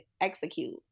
execute